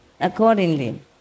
accordingly